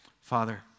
Father